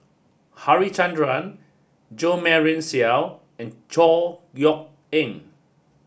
Harichandra Jo Marion Seow and Chor Yeok Eng